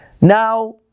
Now